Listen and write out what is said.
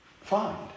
find